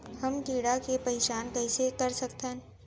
हम कीड़ा के पहिचान कईसे कर सकथन